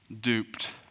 duped